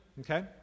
okay